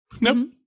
Nope